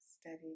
steady